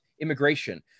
Immigration